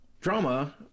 drama